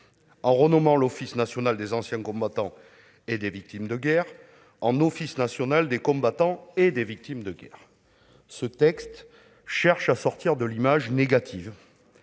En renommant l'« Office national des anciens combattants et victimes de guerre » en « Office national des combattants et des victimes de guerre », ce texte cherche à sortir l'Office de l'image négative